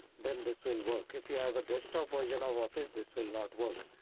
then this will work if you have a desktop version of office. this will not work.